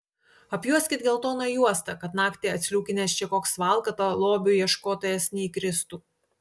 apjuoskit geltona juosta kad naktį atsliūkinęs čia koks valkata lobių ieškotojas neįkristų